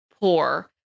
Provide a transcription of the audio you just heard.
poor